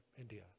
India